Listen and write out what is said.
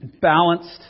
balanced